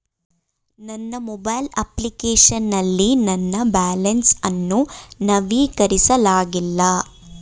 ನನ್ನ mobile application ನಲ್ಲಿ ನನ್ನ ಬ್ಯಾಲೆನ್ಸ್ ಅನ್ನು ನವೀಕರಿಸಲಾಗಿಲ್ಲ